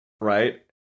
Right